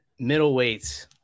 middleweights